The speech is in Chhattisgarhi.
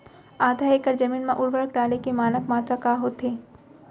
आधा एकड़ जमीन मा उर्वरक डाले के मानक मात्रा कतका होथे?